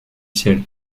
ciel